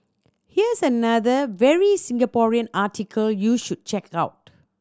here's another very Singaporean article you should check out